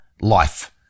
life